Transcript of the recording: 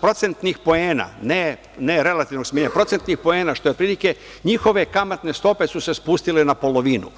procentnih poena, ne relativno, što je otprilike njihove kamatne stope su se spustile na polovinu.